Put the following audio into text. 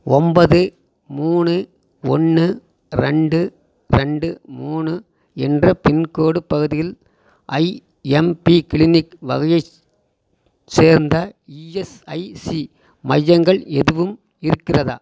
ஒன்பது மூணு ஒன்று ரெண்டு ரெண்டு மூணு என்ற பின்கோடு பகுதியில் ஐஎம்பி க்ளினிக் வகையைச் சேர்ந்த இஎஸ்ஐசி மையங்கள் எதுவும் இருக்கிறதா